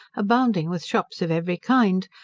abounding with shops of every kind,